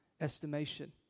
estimation